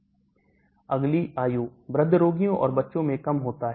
और आयु वृद्ध रोगियों और बच्चों में कम होता है